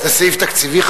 זה סעיף תקציבי חדש?